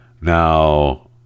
now